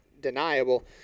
deniable